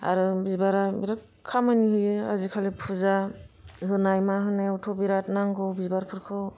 आरो बिबारा बिराद खामानि होयो आजिखालि फुजा होनाय मा होनायावथ' बिराद नांगौ बिबारफोरखौ